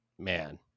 Man